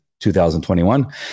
2021